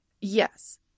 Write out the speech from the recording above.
Yes